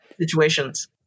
situations